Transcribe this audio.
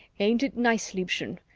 ain't it nice, liebchen,